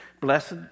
Blessed